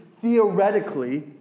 theoretically